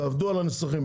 תעבדו על הניסוחים.